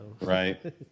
Right